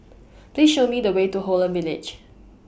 Please Show Me The Way to Holland Village